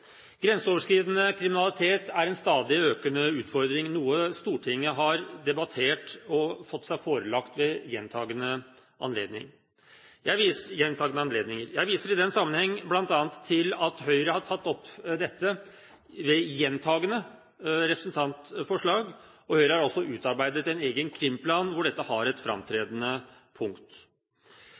Grenseoverskridende kriminalitet er en stadig økende utfordring, noe Stortinget har debattert og fått seg forelagt ved gjentagne anledninger. Jeg viser i den sammenheng bl.a. til at Høyre har tatt opp dette ved gjentagne representantforslag, og Høyre har også utarbeidet en egen krimplan, hvor dette er et fremtredende punkt.